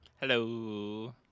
Hello